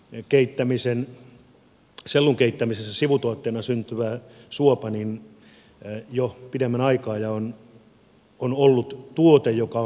nyt ei mäntyöljyksi sellun keittämisessä sivutuotteena syntyvää suopaa jo pidemmän aikaa ja se on ollut tuote joka on myyntituote